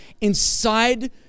inside